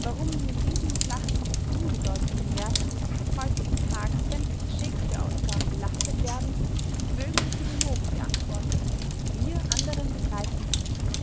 warum mit diesem flachen unbedeutenden werk bis heutigentags sämtliche shakespeare-ausgaben belastet werden mögen die philologen beantworten wir anderen begreifen es nicht